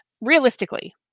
realistically